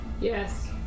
Yes